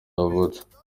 yavutse